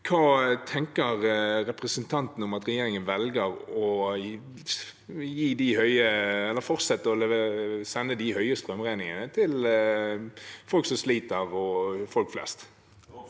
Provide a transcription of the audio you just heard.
Hva tenker representanten om at regjeringen velger å fortsette med å sende de høye strømregningene til folk flest og til folk som